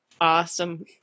awesome